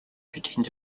pretend